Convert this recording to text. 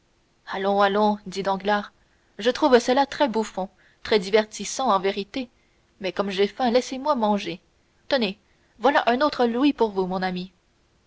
allons allons dit danglars je trouve cela très bouffon très divertissant en vérité mais comme j'ai faim laissez-moi manger tenez voilà un autre louis pour vous mon ami